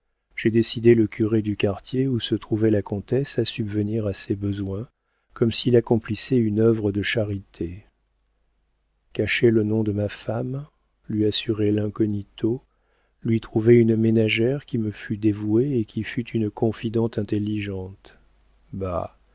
j'ai décidé le curé du quartier où se trouvait la comtesse à subvenir à ses besoins comme s'il accomplissait une œuvre de charité cacher le nom de ma femme lui assurer l'incognito lui trouver une ménagère qui me fût dévouée et qui fût une confidente intelligente bah